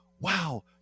wow